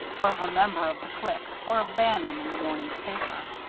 or of a member of the clique, or of bannon, in the morning's paper.